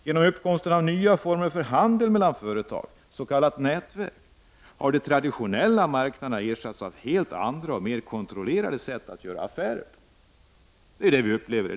Genom uppkomsten av nya former för handeln mellan företag — s.k. nätverk — har de traditionella marknaderna ersatts av helt andra och mer kontrollerade sätt att göra affärer på.